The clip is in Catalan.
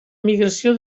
migració